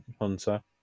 hunter